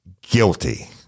guilty